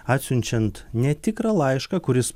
atsiunčiant netikrą laišką kuris